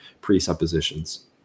presuppositions